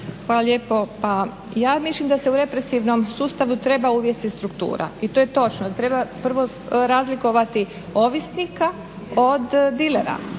Hvala lijepo. Pa ja mislim da se u represivnom sustavu treba uvesti struktura. I to je točno. Treba prvo razlikovati ovisnika od dilera.